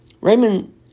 Raymond